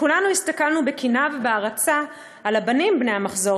וכולנו הסתכלנו בקנאה ובהערצה על הבנים בני המחזור